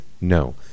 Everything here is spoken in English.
no